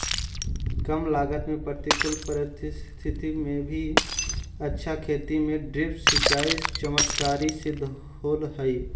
कम लागत में प्रतिकूल परिस्थिति में भी अच्छा खेती में ड्रिप सिंचाई चमत्कारी सिद्ध होल हइ